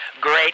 Great